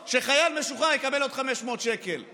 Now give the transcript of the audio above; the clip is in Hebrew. ומשפחה דתית, עם חמישה ילדים, ולכן,